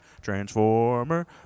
Transformer